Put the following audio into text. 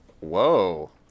Whoa